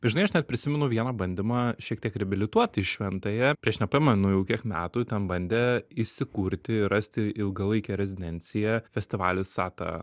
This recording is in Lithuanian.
žinai aš net prisimenu vieną bandymą šiek tiek reabilituoti šventąją prieš nepamenu jau kiek metų ten bandė įsikurti ir rasti ilgalaikę rezidenciją festivalis sata